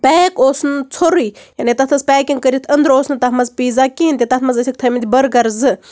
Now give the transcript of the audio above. pack اوس نہٕ ژھورُے یعنے تَتھ ٲسۍ پیکِنٛگ کٔرِتھ انٛدٕرٕ اوس نہ تَتھ منٛز پیٖزا کِہیٖنۍ تہِ تَتھ منٛز ٲسٕکھ تھٲیِمٕتۍ بٔرگَر زٕ